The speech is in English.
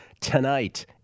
tonight